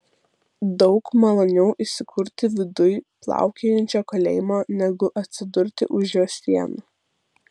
daug maloniau įsikurti viduj plaukiančiojo kalėjimo negu atsidurti už jo sienų